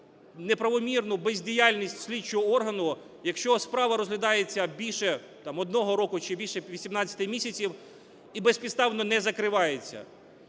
неправомірну бездіяльність слідчого органу, якщо справа розглядається більше одного року чи більше 18 місяців і безпідставно не закривається;